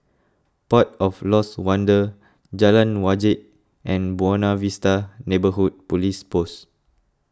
Port of Lost Wonder Jalan Wajek and Buona Vista Neighbourhood Police Post